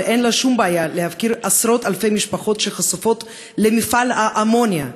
אבל אין לה שום בעיה להפקיר עשרות אלפי משפחות שחשופות למפעל האמוניה,